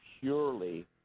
purely